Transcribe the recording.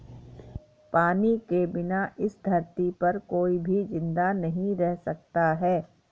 पानी के बिना इस धरती पर कोई भी जिंदा नहीं रह सकता है